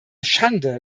schande